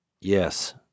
yes